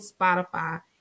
Spotify